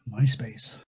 MySpace